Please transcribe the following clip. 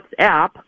WhatsApp